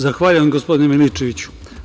Zahvaljujem, gospodine Milićeviću.